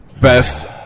best